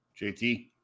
JT